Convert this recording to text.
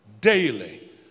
Daily